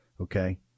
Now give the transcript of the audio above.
Okay